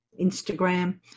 Instagram